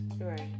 Right